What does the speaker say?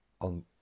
on